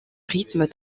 rythme